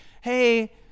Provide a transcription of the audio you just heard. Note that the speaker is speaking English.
hey